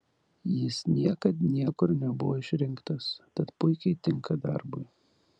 jis niekad niekur nebuvo išrinktas tad puikiai tinka darbui